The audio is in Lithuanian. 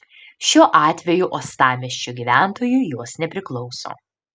šiuo atveju uostamiesčio gyventojui jos nepriklauso